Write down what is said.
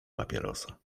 papierosa